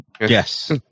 Yes